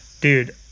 Dude